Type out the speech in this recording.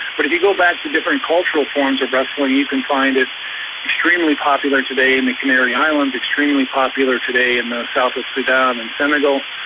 but if you go back to different cultural forms of wrestling you can find it extremely popular today in the canary islands, extremely popular today in the south of sudan and senegal,